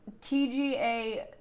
TGA